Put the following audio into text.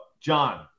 john